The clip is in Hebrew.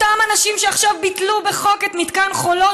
אותם אנשים שעכשיו ביטלו בחוק את מתקן חולות,